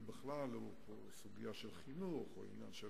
וזאת סוגיה של חינוך או עניין של